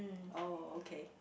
oh okay